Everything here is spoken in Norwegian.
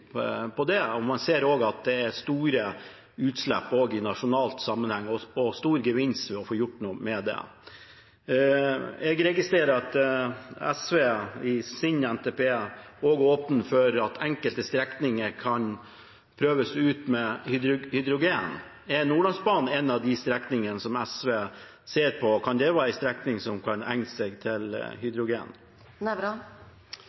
på det. Man ser at det er store utslipp også i nasjonal sammenheng og en stor gevinst ved å få gjort noe med det. Jeg registrerer at SV i sin NTP også åpner for at enkelte strekninger kan prøves ut med hydrogen. Er Nordlandsbanen en av de strekningene som SV ser på? Kan det være en strekning som kan egne seg